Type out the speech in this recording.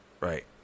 right